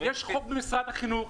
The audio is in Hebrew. יש חוק במשרד החינוך,